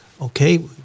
okay